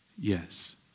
Yes